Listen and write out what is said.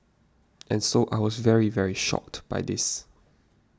and so I was very very shocked by this